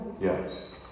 Yes